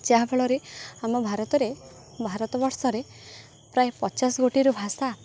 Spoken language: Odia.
ଯାହାଫଳରେ ଆମ ଭାରତରେ ଭାରତବର୍ଷରେ ପ୍ରାୟ ପଚାଶ ଗୋଟିର ଭାଷା